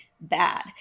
bad